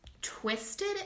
twisted